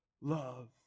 love